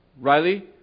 Riley